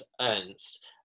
Ernst